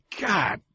God